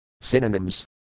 Synonyms